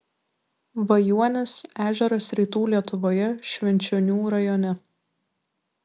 vajuonis ežeras rytų lietuvoje švenčionių rajone